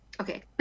Okay